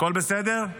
הכול בסדר?